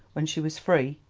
when she was free,